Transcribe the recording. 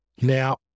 Now